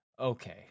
Okay